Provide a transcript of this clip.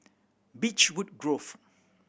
Beechwood Grove